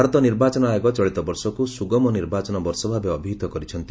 ଭାରତ ନିର୍ବାଚନ ଆୟୋଗ ଚଳିତ ବର୍ଷକୁ ସୁଗମ ନିର୍ବାଚନ ବର୍ଷ ଭାବେ ଅଭିହିତ କରିଛନ୍ତି